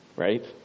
right